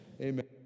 Amen